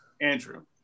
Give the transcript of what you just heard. Andrew